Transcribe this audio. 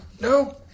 no